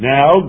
Now